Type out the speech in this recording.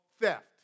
theft